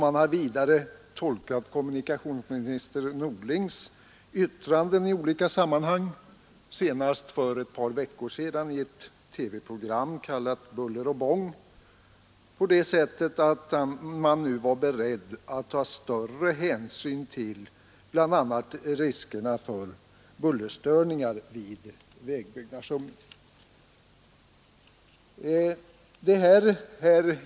Vidare har de protesterande tolkat kommunikationsminister Norlings yttranden i olika sammanhang — senast för ett par veckor sedan i ett TV-program kallat Buller och bång — på det sättet att myndigheterna nu var beredda att vid vägbyggen ta större hänsyn till bl.a. riskerna för bullerstörningar.